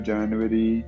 January